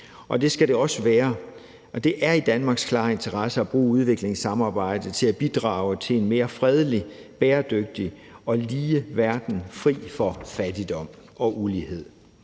det skal det også være, og det er i Danmarks klare interesse at bruge udviklingssamarbejdet til at bidrage til en mere fredelig, bæredygtig og lige verden fri for fattigdom og ulighed.